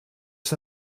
ist